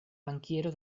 bankiero